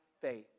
faith